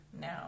now